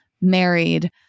married